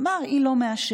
הוא אמר: היא לא מאשרת,